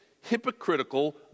hypocritical